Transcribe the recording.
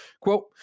quote